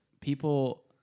people